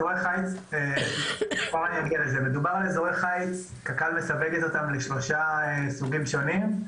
קק"ל מסווגת אותם לשלושה סוגים שונים: